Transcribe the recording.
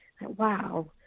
Wow